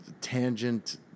tangent